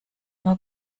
nur